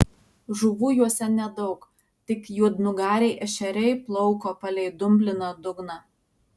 žuvų juose nedaug tik juodnugariai ešeriai plauko palei dumbliną dugną